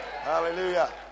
Hallelujah